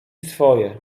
swoje